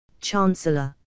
Chancellor